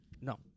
no